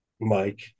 Mike